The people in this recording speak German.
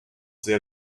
sehr